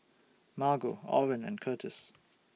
Margo Oren and Kurtis